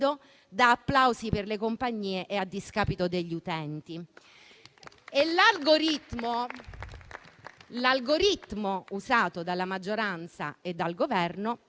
da applausi per le compagnie e a discapito degli utenti. L'algoritmo usato dalla maggioranza e dal Governo